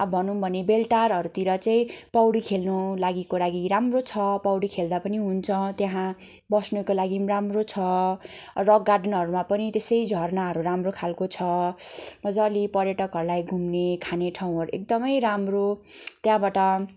अब भनौँ भने बेलटारहरूतिर चाहिँ पौडी खेल्नु लागिको लागि राम्रो छ पौडी खेल्दा पनि हुन्छ त्यहाँ बस्नुको लागि पनि राम्रो छ रक गार्डनहरूमा पनि त्यसै झर्नाहरू राम्रो खालको छ मजाले पर्यटकहरूलाई घुम्ने खाने ठाउँहरू एकदमै राम्रो त्यहाँबाट